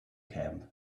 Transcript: camp